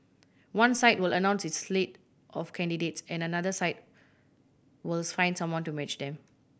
one side will announce its slate of candidates and the another side will finds someone to match them